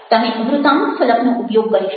તમે વૃતાંત ફલકનો ઉપયોગ કરી શકો